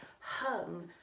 hung